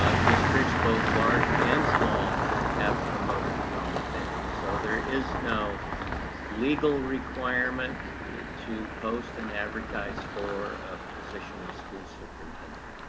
ah districts both large and small have promoted from within. so there is no legal requirement to post and advertise for a position of school superintendent.